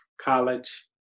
college